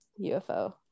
UFO